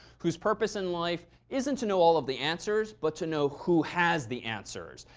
whose purpose in life isn't to know all of the answers, but to know who has the answers.